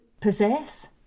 Possess